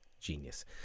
genius